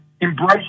embrace